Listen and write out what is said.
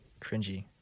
cringy